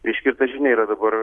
reiškia ir ta žinia yra dabar